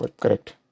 correct